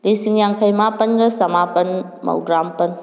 ꯂꯤꯁꯤꯡ ꯌꯥꯡꯈꯩ ꯃꯥꯄꯟꯒ ꯆꯃꯥꯄꯟ ꯃꯧꯗ꯭ꯔꯥ ꯃꯥꯄꯟ